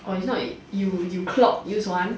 or if not you clock use one